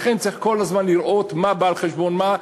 לכן צריכים כל הזמן לראות מה בא על חשבון מה,